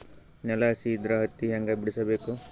ನೆಲ ಹಸಿ ಇದ್ರ ಹತ್ತಿ ಹ್ಯಾಂಗ ಬಿಡಿಸಬೇಕು?